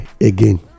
again